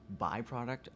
byproduct